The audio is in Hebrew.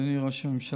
אדוני ראש הממשלה,